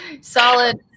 solid